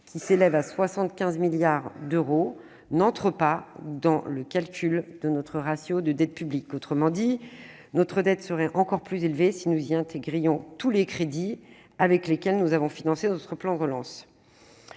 qui s'élèvent à 75 milliards d'euros, n'entre pas dans le calcul du ratio de dette publique. Autrement dit, notre dette publique nationale serait encore plus élevée, si nous y intégrions tous les crédits avec lesquels nous avons financé notre plan de relance.